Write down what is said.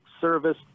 service